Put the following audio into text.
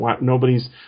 nobody's